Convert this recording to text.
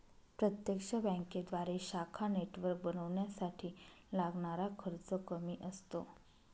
प्रत्यक्ष बँकेद्वारे शाखा नेटवर्क बनवण्यासाठी लागणारा खर्च कमी असतो